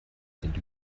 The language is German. sind